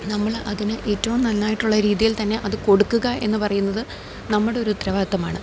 നമ്മള് അതിന് ഏറ്റവും നന്നായിട്ടുള്ള രീതിയിൽ തന്നെ അത് കൊടുക്കുക എന്ന് പറയുന്നത് നമ്മുടൊരു ഉത്തരവാദിത്തം ആണ്